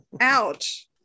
Ouch